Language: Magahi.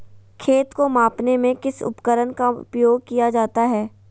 खेत को मापने में किस उपकरण का उपयोग किया जाता है?